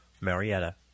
Marietta